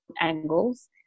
angles